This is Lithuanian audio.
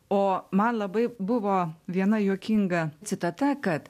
o man labai buvo viena juokinga citata kad